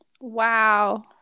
Wow